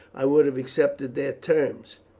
i would have accepted their terms,